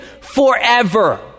forever